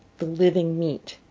the living meat,